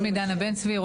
שמי דנה בן צבי.